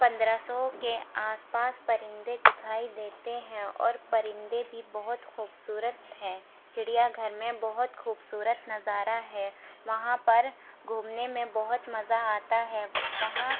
پندرہ سو کے آس پاس پرندے دکھائی دیتے ہیں اور پرندے بھی بہت خوبصورت ہیں چڑیا گھر میں بہت خوبصورت نظارہ ہے وہاں پر گھومنے میں بہت مزہ آتا ہے وہاں